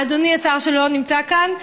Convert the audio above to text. אדוני השר שלא נמצא כאן,